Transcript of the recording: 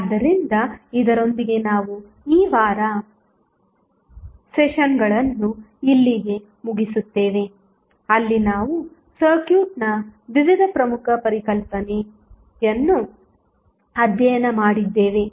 ಆದ್ದರಿಂದ ಇದರೊಂದಿಗೆ ನಾವು ಈ ವಾರ ಸೆಷನ್ಗಳನ್ನು ಇಲ್ಲಿಗೆ ಮುಗಿಸುತ್ತೆವೆ ಅಲ್ಲಿ ನಾವು ಸರ್ಕ್ಯೂಟ್ನ ವಿವಿಧ ಪ್ರಮುಖ ಪರಿಕಲ್ಪನೆಯನ್ನು ಅಧ್ಯಯನ ಮಾಡಿದ್ದೇವೆ